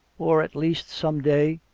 or, at least, some day,